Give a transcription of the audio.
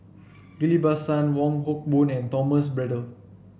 Ghillie Basan Wong Hock Boon and Thomas Braddell